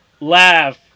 laugh